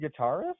guitarist